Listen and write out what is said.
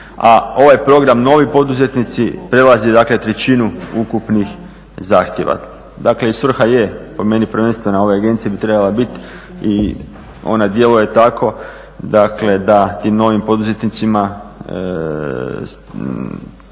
A ovaj program novi poduzetnici prelazi dakle trećinu ukupnih zahtjeva. Dakle i svrha je po meni prvenstveno ove agencije bi trebala biti i ona djeluje tako, dakle da tim novim poduzetnicima koji